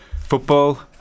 football